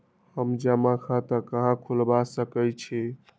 हम जमा खाता कहां खुलवा सकई छी?